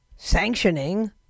sanctioning